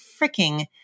freaking